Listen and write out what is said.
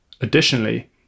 Additionally